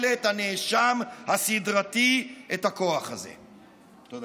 כשאנחנו מנסים לשאול את השאלה: איך זה קורה?